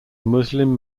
muslim